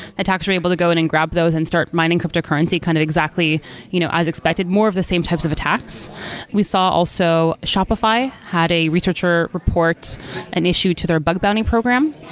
attacks are able to go in and grab those and start mining cryptocurrency kind of exactly you know as expected more of the same types of attacks we saw also shopify had a researcher report an issue to their bug bounty program,